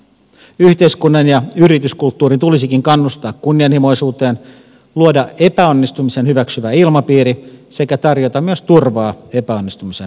yhteiskunnan ja yrityskulttuurin tulisikin kannustaa kunnianhimoisuuteen luoda epäonnistumisen hyväksyvä ilmapiiri sekä tarjota myös turvaa epäonnistumisen varalle